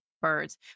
birds